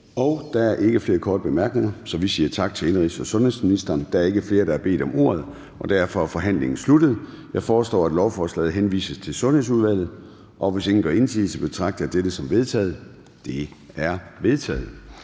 Der er ikke flere korte bemærkninger, så vi siger tak til indenrigs- og sundhedsministeren. Der er ikke flere, der har bedt om ordet, og derfor er forhandlingen sluttet. Jeg foreslår, at lovforslaget henvises til Sundhedsudvalget. Hvis ingen gør indsigelse, betragter jeg dette som vedtaget. Det er vedtaget.